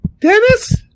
Dennis